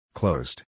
closed